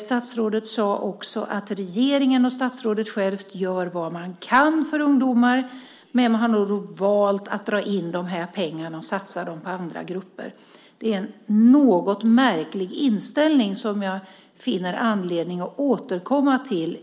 Statsrådet sade också att regeringen och statsrådet gör vad man kan för ungdomar, men man har valt att dra in pengarna och satsa dem på andra grupper. Det är en något märklig inställning som jag finner anledning att återkomma till.